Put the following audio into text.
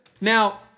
Now